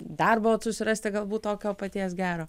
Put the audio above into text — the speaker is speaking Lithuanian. darbą susirasti galbūt tokio paties gero